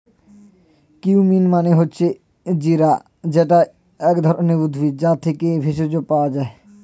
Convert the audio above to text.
cumin মানে হচ্ছে জিরা যেটা এক ধরণের উদ্ভিদ, যা থেকে ভেষজ পাওয়া যায়